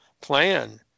plan